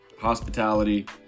hospitality